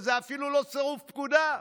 זה אפילו לא סירוב פקודה.